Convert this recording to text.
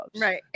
Right